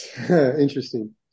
Interesting